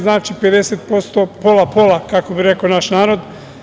Znači, 50%, pola-pola kako bi rekao naš narod.